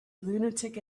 lunatic